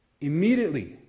immediately